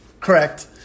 Correct